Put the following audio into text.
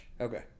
Okay